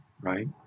right